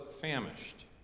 famished